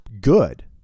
good